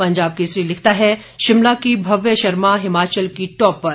पंजाब केसरी लिखता है शिमला की भव्या शर्मा हिमाचल की टॉपर